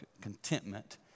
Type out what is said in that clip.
contentment